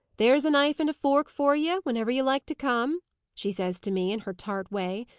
there's a knife and fork for ye, whenever ye like to come she says to me, in her tart way.